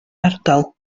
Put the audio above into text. ardal